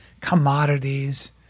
commodities